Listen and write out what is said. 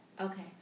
Okay